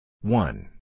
one